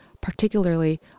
particularly